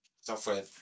software